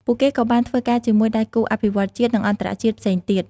ពួកគេក៏បានធ្វើការជាមួយ ដៃគូអភិវឌ្ឍន៍ជាតិ និងអន្តរជាតិផ្សេងទៀត។